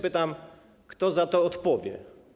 Pytam, kto za to odpowie.